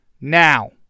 Now